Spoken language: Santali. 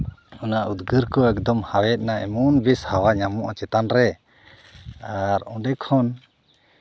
ᱚᱱᱟ ᱩᱫᱽᱜᱟᱹᱨ ᱠᱚ ᱦᱟᱣᱮᱫᱱᱟ ᱮᱢᱚᱱ ᱵᱮᱥ ᱦᱟᱣᱟ ᱧᱟᱢᱚᱜᱼᱟ ᱪᱮᱛᱟᱱ ᱨᱮ ᱟᱨ ᱚᱸᱰᱮ ᱠᱷᱚᱱ